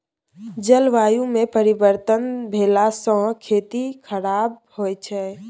जलवायुमे परिवर्तन भेलासँ खेती खराप होए छै